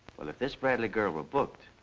if this bradley girl were booked,